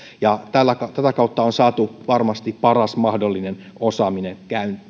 ja tätä kautta on saatu varmasti paras mahdollinen osaaminen